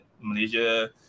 Malaysia